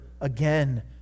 again